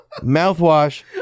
mouthwash